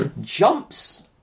jumps